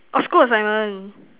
of course I want